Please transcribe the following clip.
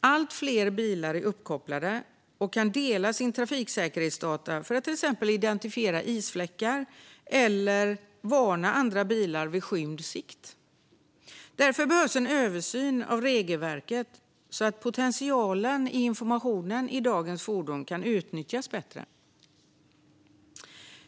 Allt fler bilar är uppkopplade och kan dela sina trafiksäkerhetsdata för att till exempel identifiera isfläckar eller varna andra bilar vid skymd sikt. Därför behövs en översyn av regelverket så att potentialen i informationen i dagens fordon kan utnyttjas bättre.